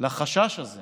לחשש הזה